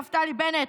נפתלי בנט,